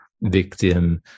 victim